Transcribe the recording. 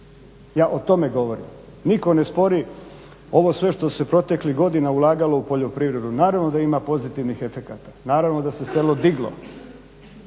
ja o tome govorim. Nitko ne spori ovo sve što se proteklih godina ulagalo u poljoprivredu. Naravno da ima pozitivnih efekata, naravno da se selo diglo,